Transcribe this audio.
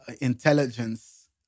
intelligence